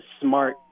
smart